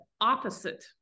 opposite